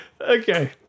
Okay